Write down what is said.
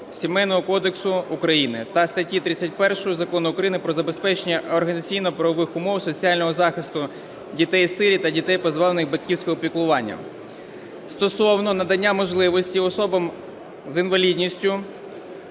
Сімейного кодексу України та статті 31 Закону України "Про забезпечення організаційно-правових умов соціального захисту дітей-сиріт та дітей, позбавлених батьківського піклування" стосовно надання можливості особам з інвалідністю